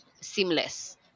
seamless